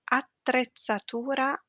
attrezzatura